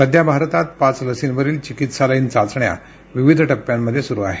सध्या भारतात पाच लसींवरील चिकित्सालयीन चाचण्या विविध टप्प्यांमध्ये सुरु आहेत